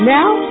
Now